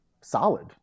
solid